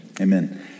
amen